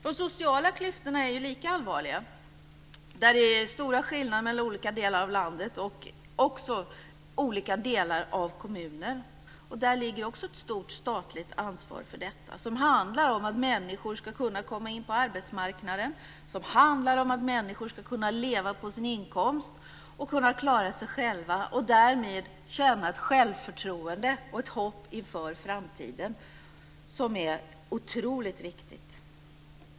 De sociala klyftorna är lika allvarliga. Där är det stora skillnader mellan olika delar av landet och också inom kommuner. Där finns det också ett stort statligt ansvar. Det handlar om att människor ska kunna komma in på arbetsmarknaden. Det handlar om att människor ska kunna leva på sin inkomst, klara sig själva och därmed också känna självförtroende och hopp inför framtiden, något som är otroligt viktigt.